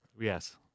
Yes